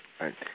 right